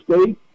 State